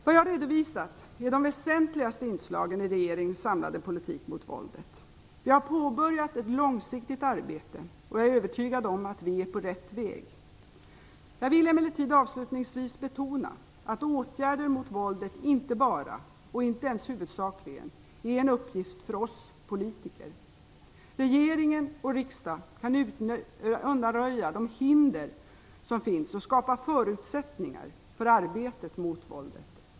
Vad jag har redovisat är de väsentligaste inslagen i regeringens samlade politik mot våldet. Vi har påbörjat ett långsiktigt arbete, och jag är övertygad om att vi är på rätt väg. Jag vill emellertid avslutningsvis betona att åtgärder mot våldet inte bara - och inte ens huvudsakligen - är en uppgift för oss politiker. Regeringen och riksdagen kan undanröja hinder och skapa förutsättningar för arbetet mot våldet.